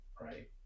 right